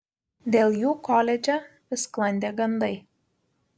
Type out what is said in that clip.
dėl jų koledže vis sklandė gandai